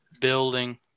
Building